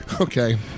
Okay